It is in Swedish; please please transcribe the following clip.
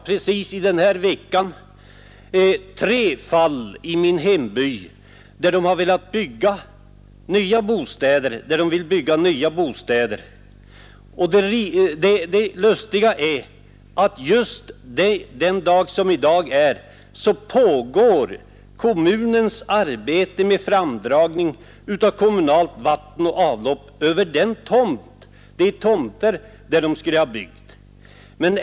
Precis i denna vecka har jag fått kännedom om tre fall i min hemby där de lånesökande velat bygga nya bostäder. Det lustiga är att just den dag som i dag är pågår kommunens arbete med framdragning av kommunalt vatten och avlopp över de tomter där ifrågavarande personer ville bygga.